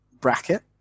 bracket